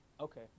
Okay